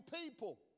people